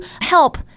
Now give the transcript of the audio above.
help